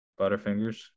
Butterfingers